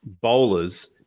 bowlers